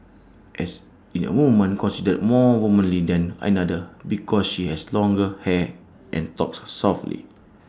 as in A woman considered more womanly than another because she has longer hair and talks softly